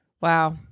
Wow